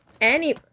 Any-